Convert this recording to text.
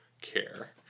care